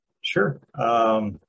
Sure